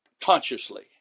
consciously